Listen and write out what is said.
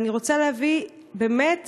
אני רוצה להביא באמת